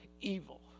evil